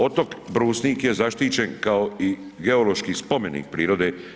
Otok Brusnik je zaštićen kao i geološki spomenik prirode.